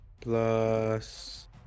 plus